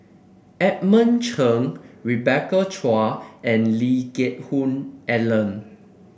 Edmund Cheng Rebecca Chua and Lee Geck Hoon Ellen